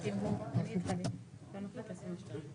התיקונים שחבר הכנסת קרעי ביקש לקבוע